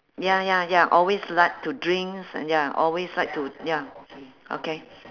ya ya ya always like to drink ya always like to ya okay